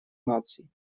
наций